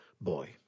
Boy